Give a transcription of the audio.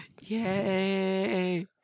Yay